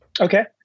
Okay